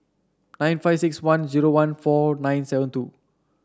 nine five six one zero one four nine seven two